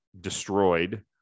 destroyed